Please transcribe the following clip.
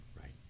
Right